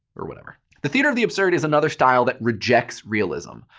or whatever. the theater of the absurd is another style that rejects realism.